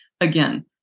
Again